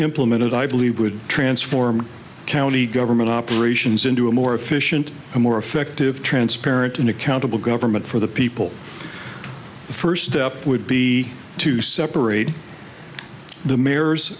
implemented i believe would transform county government operations into a more efficient and more effective transparent and accountable government for the people the first step would be to separate the m